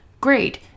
great